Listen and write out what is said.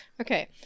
okay